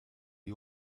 the